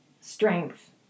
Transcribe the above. strength